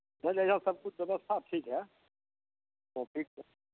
समैझ लै जाउ सब किछु व्यवस्था ठीक हइ कोंपीक